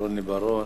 רוני בר-און,